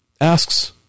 asks